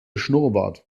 schnurrbart